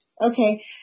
Okay